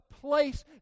place